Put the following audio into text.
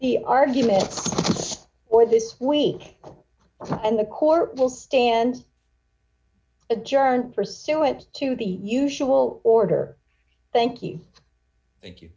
the argument or this week and the court will stand a jar pursuant to the usual order thank you thank you